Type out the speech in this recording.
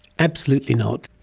absolutely not,